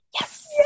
Yes